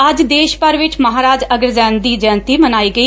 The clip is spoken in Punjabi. ਅੱਜ ਦੇਸ਼ ਭਰ ਵਿਚ ਮਹਾਰਾਜਾ ਅਗਰਸੈਨ ਦੀ ਜੈਯੰਤੀ ਮਨਾਈ ਗਈ